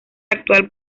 actual